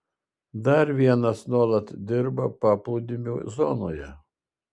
dar vienas nuolat dirba paplūdimių zonoje